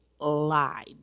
lied